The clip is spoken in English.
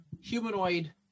humanoid